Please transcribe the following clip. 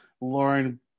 lauren